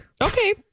Okay